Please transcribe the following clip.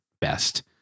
best